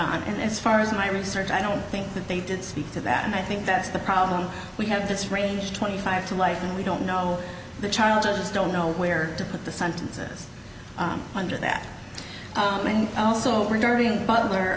time and as far as my research i don't think that they did speak to that and i think that's the problem we have this range twenty five to life and we don't know the child just don't know where to put the sentence i'm under that and also regarding butler